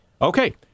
Okay